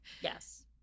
yes